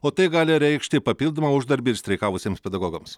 o tai gali reikšti papildomą uždarbį ir streikavusiems pedagogams